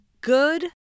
good